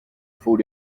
faut